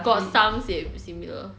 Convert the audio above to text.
got some sa~ similar